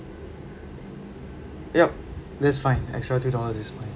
yup that's fine extra two dollars is fine